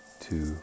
two